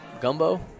gumbo